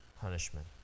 punishment